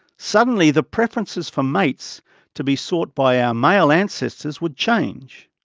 suddenly the preferences for mates to be sought by our male ancestors would change.